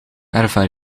ervaar